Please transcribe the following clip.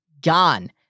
Gone